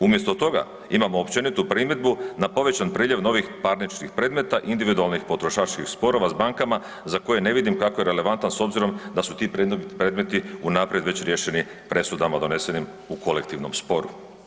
Umjesto toga imamo općenitu primjedbu na povećan priljev novih parničnih predmeta individualnih potrošačkih sporova s bankama za koje ne vidim kako je relevantan s obzirom da su ti predmeti unaprijed već riješeni presudama donesenim u kolektivnom sporu.